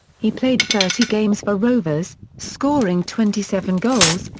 he played thirty games for rovers, scoring twenty seven goals,